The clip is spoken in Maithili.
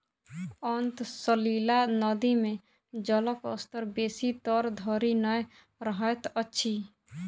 अंतः सलीला नदी मे जलक स्तर बेसी तर धरि नै रहैत अछि